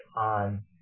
on